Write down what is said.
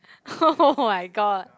[oh]-my-god